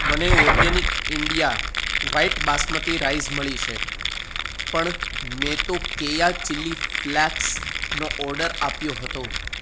મને organic India white basmati rice મળી છે પણ મેં તો કેયા ચીલી ફ્લેક્સનો ઓડર આપ્યો હતો